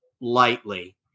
lightly